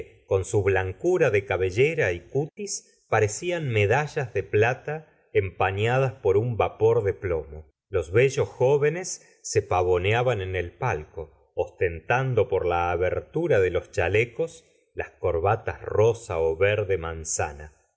con su blancura de cabellera y cutis parecían medallas de plata empañ adas por un vapor de plomo los bellos jóvenes se pavoneaban en el palco ostentando por la abertura de los chalecos las corbatas rosa ó verde manzana